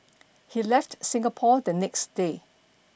he left Singapore the next day